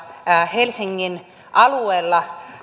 helsingin alueella